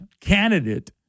candidate